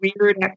weird